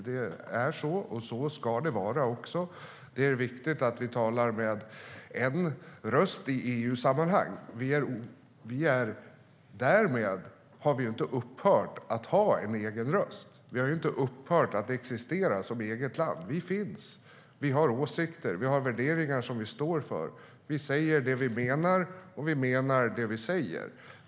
Så är det, och så ska det vara också. Det är viktigt att vi talar med en enda röst i EU-sammanhang. Men därmed har vi inte upphört att ha en egen röst. Vi har inte upphört att existera som eget land. Vi finns. Vi har åsikter. Vi har värderingar som vi står för. Vi säger det vi menar, och vi menar det vi säger.